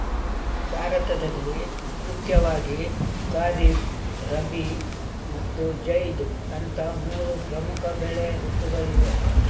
ಭಾರತದಲ್ಲಿ ಮುಖ್ಯವಾಗಿ ಖಾರಿಫ್, ರಬಿ ಮತ್ತು ಜೈದ್ ಅಂತ ಮೂರು ಪ್ರಮುಖ ಬೆಳೆ ಋತುಗಳಿವೆ